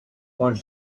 point